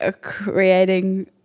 creating